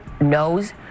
knows